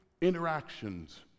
interactions